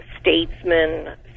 statesman